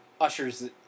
Usher's